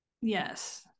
yes